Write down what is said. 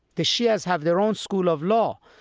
the shias have their own school of law,